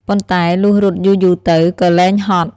ប៉ុន្តែលុះរត់យូរទៅៗ ក៏លែងហត់។